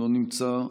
לא נמצא,